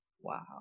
Wow